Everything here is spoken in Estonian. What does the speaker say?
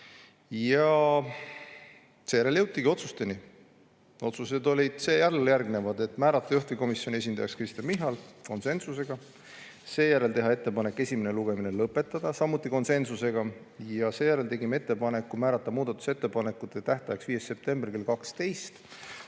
Seejärel jõutigi otsusteni. Otsused olid alljärgnevad. Otsustati määrata juhtivkomisjoni esindajaks Kristen Michal, konsensusega. Seejärel tehti ettepanek esimene lugemine lõpetada, see otsustati samuti konsensusega. Seejärel tegime ettepaneku määrata muudatusettepanekute tähtajaks 5. septembri kell 12.